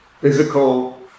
physical